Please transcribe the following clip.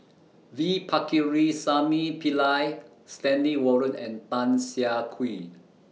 V Pakirisamy Pillai Stanley Warren and Tan Siah Kwee